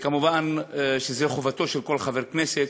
וכמובן זו חובתו של כל חבר כנסת.